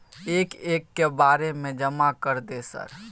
एक एक के बारे जमा कर दे सर?